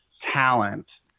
talent